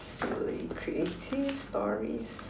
silly creative stories